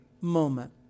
moment